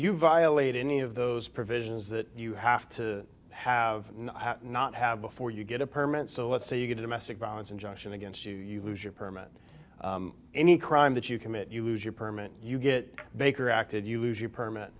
you violate any of those provisions that you have to have not have before you get a permanent so let's say you get a domestic violence injunction against you you lose your permit any crime that you commit you lose your permanent you get baker acted you lose your permit